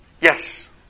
Yes